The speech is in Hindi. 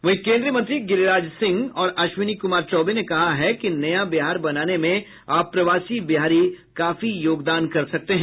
वहीं केंद्रीय मंत्री गिरिराज सिंह और अश्विनी कुमार चौबे ने कहा है कि नया बिहार बनाने में अप्रवासी बिहारी काफी योगदान कर सकते है